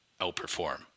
outperform